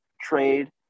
trade